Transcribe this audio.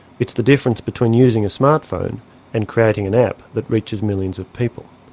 it's the difference between using a smartphone and creating an app that reaches millions of people.